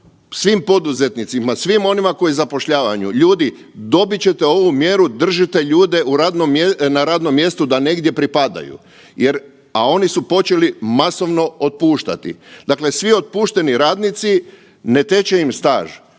svim poduzetnicima, svim onima koji zapošljavaju, ljudi dobit ćete ovu mjeru držite ljude na radnom mjestu da negdje pripadaju jer, a oni su počeli masovno otpuštati. Dakle, svi otpušteni radnici ne teče im staž,